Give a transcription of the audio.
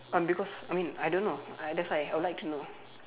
um because I mean I don't know uh that's why I would like to know